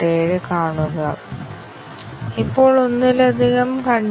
ഓരോ പ്രോഗ്രാം പ്രസ്താവനയും ഒരിക്കൽ പട്ടികയിൽ പ്രയോഗിക്കുന്നു